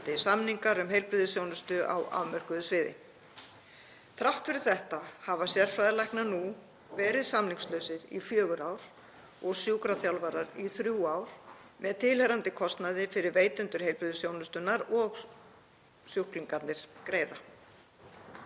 samningar um heilbrigðisþjónustu á afmörkuðu sviði. Þrátt fyrir þetta hafa sérfræðilæknar nú verið samningslausir í fjögur ár og sjúkraþjálfarar í þrjú ár með tilheyrandi kostnaði sem veitendur heilbrigðisþjónustunnar og sjúklingar greiða.